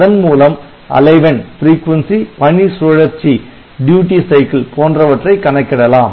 அதன் மூலம் அலைவெண் பணி சுழற்சி போன்றவற்றை கணக்கிடலாம்